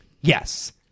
Yes